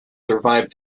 survived